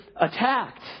attacked